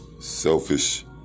Selfish